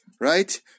Right